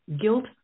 guilt